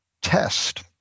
test